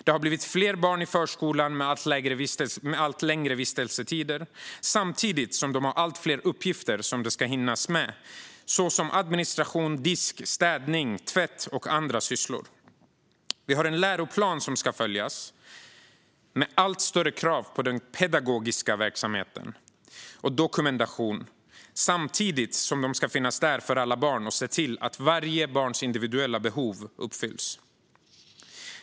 Det har blivit fler barn i förskolan med allt längre vistelsetider, samtidigt som personalen har allt fler uppgifter som ska hinnas med, såsom administration, disk, städning, tvätt och andra sysslor. Vi har en läroplan som ska följas, med allt större krav på den pedagogiska verksamheten och på dokumentation. Samtidigt ska personalen finnas där för alla barn och se till att varje barns individuella behov tillgodoses.